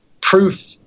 proof